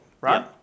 right